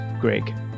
Greg